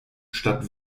statt